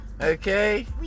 okay